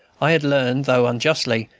i had learned, though unjustly,